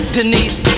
Denise